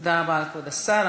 תודה לכבוד השר.